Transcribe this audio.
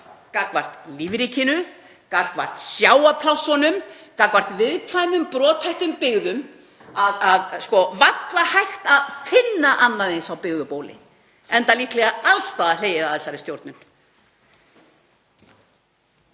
gagnvart lífríkinu, gagnvart sjávarplássunum, gagnvart viðkvæmum brothættum byggðum að varla er hægt að finna annað eins á byggðu bóli, enda líklega alls staðar hlegið að þessari stjórnun.